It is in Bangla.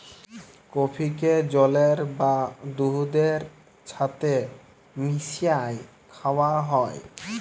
কফিকে জলের বা দুহুদের ছাথে মিশাঁয় খাউয়া হ্যয়